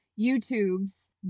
YouTube's